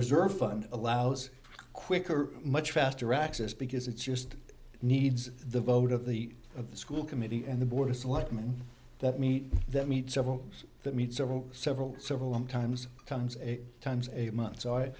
reserve fund allows quicker much faster access because it's just needs the vote of the of the school committee and the board is what can that meet that need several that meet several several several one times times eight times a month so i